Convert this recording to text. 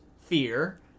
fear